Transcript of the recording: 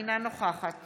אינה נוכחת